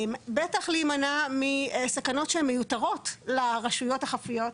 בטח להימנע מסכנות שהן מיותרות לרשויות החופיות,